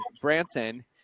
Branson